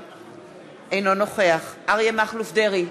אינו נוכח אריה מכלוף דרעי,